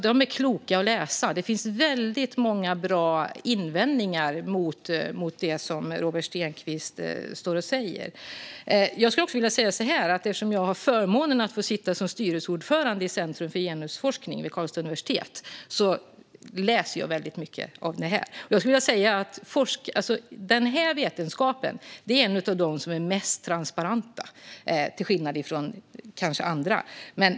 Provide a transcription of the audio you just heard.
De är kloka. Det finns många bra invändningar mot det som Robert Stenkvist står och säger. Eftersom jag har förmånen att sitta som styrelseordförande i Centrum för genusforskning vid Karlstads universitet läser jag väldigt mycket om detta. Jag skulle vilja säga att denna vetenskap är en av de mest transparenta, kanske till skillnad från andra.